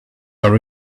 are